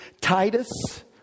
Titus